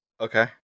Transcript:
Okay